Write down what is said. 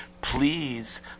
please